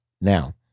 Now